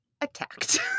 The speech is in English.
attacked